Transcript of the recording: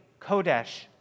Kodesh